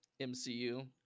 mcu